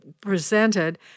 presented